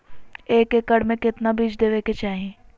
एक एकड़ मे केतना बीज देवे के चाहि?